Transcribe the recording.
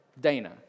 Dana